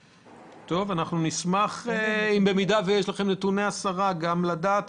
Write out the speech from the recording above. אם יש לכם נתוני הסרה אנחנו נשמח לדעת.